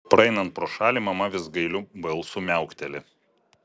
praeinant pro šalį mama vis gailiu balsu miaukteli